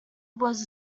was